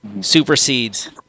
supersedes